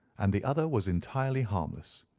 and the other was entirely harmless.